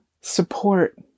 support